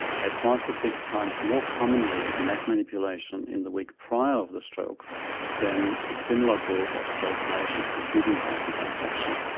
had five to six times more commonly a neck manipulation in the week prior the stroke than a similar group of stroke patients who didn't have a dissection.